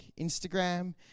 Instagram